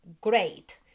great